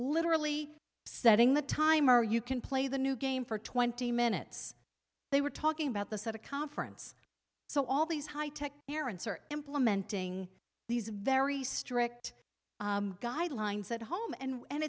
literally setting the timer you can play the new game for twenty minutes they were talking about the set a conference so all these high tech parents are implementing these very strict guidelines at home and